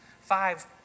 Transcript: Five